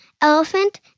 Elephant